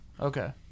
Okay